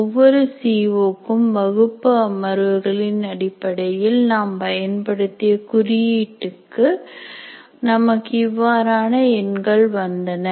ஒவ்வொரு C O க்கும் வகுப்பு அமர்வுகளின் அடிப்படையில் நாம் பயன்படுத்திய குறியீட்டுக்கு நமக்கு இவ்வாறான எண்கள் வந்தன